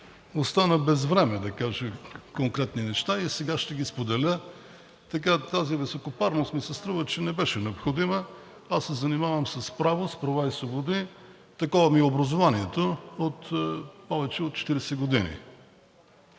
остана без време, за да кажа конкретни неща, и сега ще ги споделя. Тази високопарност ми се струва, че не беше необходима. Аз се занимавам с право, с права и свободи – такова ми е образованието, от повече от 40 години.